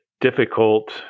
difficult